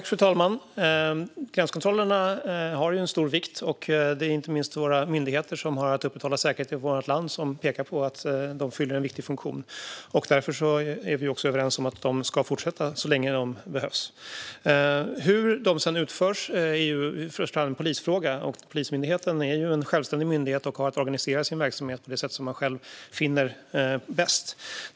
Fru talman! Gränskontrollerna är av stor vikt. Inte minst pekar de myndigheter som har att upprätthålla säkerheten för vårt land på att gränskontrollerna fyller en viktig funktion. Därför är vi också överens om att de ska fortsätta så länge de behövs. Hur de sedan utförs är i första hand en polisfråga. Polismyndigheten är en självständig myndighet och har att organisera sin verksamhet på det sätt som man själv finner bäst.